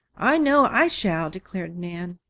i know i shall! declared nan.